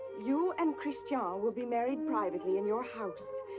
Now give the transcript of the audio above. you and christian will be married privately in your house.